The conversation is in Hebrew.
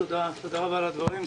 תודה רבה על הדברים,